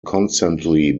constantly